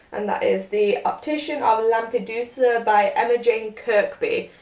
and that is the optician of lampedusa by emma jane kirkby.